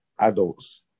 adults